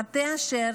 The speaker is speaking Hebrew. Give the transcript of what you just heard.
מטה אשר,